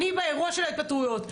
אני באירוע של ההתפטרויות.